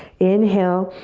inhale,